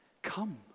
come